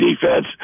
defense